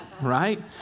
right